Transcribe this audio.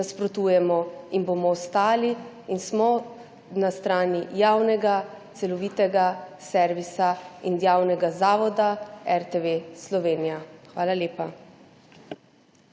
nasprotujemo in bomo ostali in smo na strani javnega, celovitega servisa in Javnega zavoda RTV Slovenija. Hvala lepa.